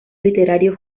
literario